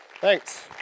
thanks